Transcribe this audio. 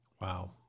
Wow